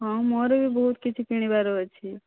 ହଁ ମୋର ବି ବହୁତ କିଛି କିଣିବାର ଅଛି